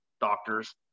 doctors